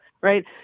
right